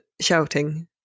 shouting